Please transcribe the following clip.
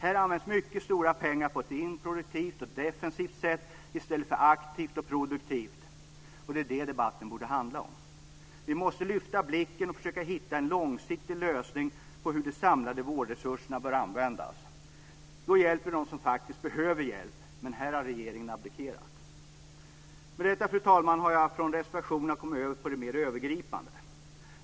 Här används mycket stora pengar på ett improduktivt och defensivt sätt i stället för aktivt och produktivt. Det är det debatten borde handla om. Vi måste lyfta blicken och försöka hitta en långsiktig lösning på hur de samlade vårdresurserna bör användas. Då hjälper vi dem som faktiskt behöver hjälp, men här har regeringen adbikerat. Med detta, fru talman, har jag från reservationerna kommit över på det mer övergripande.